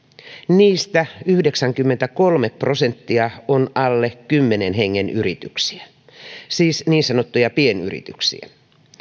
niistä yhdeksänkymmentäkolme prosenttia on alle kymmenen hengen yrityksiä siis niin sanottuja pienyrityksiä